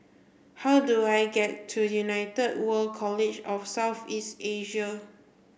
how do I get to United World College of South East Asia